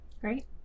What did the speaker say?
great